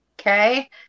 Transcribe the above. Okay